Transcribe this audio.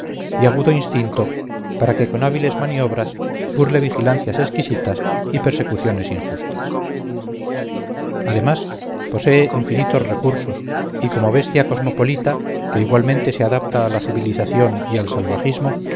y agudo instinto para que con hábiles maniobras burle vigilancias exquisitas y persecuciones injustas además posee infinitos recursos y como bestia cosmopolita que igualmente se adapta a la civilización y al salvajismo